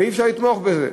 ואי-אפשר לתמוך בזה.